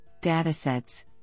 datasets